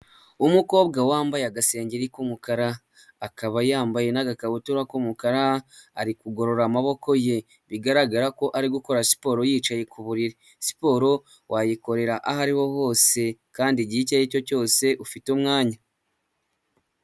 Umukobwa wambaye agasengeri k'umukara akaba yambaye n'agakabutura k'umukara ari kugorora amaboko ye bigaragara ko ari gukora siporo yicaye ku buriri. Siporo wayikorera aho ariho hose kandi igihe icyo ari cyo cyose ufite umwanya.